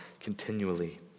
continually